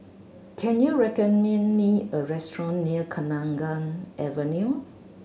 can you recommend me a restaurant near Kenanga Avenue